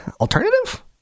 alternative